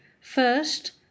First